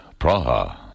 Praha